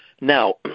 now